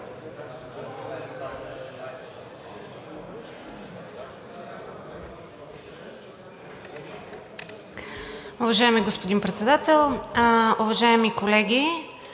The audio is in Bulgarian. Уважаеми господин Председател, уважаеми госпожи